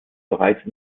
bereits